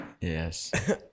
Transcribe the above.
Yes